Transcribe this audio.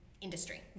industry